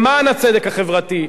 למען הצדק החברתי,